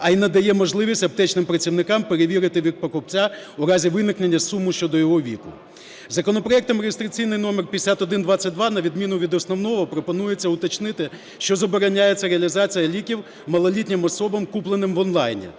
а й надає можливість аптечним працівникам перевірити вік покупця у разі виникнення сумніву щодо його віку. Законопроектом реєстраційний номер 5122, на відміну від основного, пропонується уточнити, що забороняється реалізація ліків малолітнім особам, купленим в онлайні.